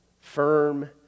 firm